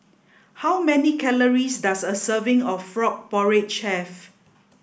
how many calories does a serving of frog porridge have